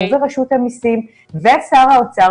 ברשות המסים ושר האוצר,